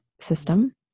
system